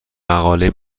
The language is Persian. مقاله